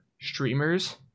streamers